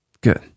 good